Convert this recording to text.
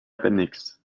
appendix